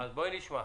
אז בואי נשמע.